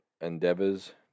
endeavors